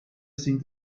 sind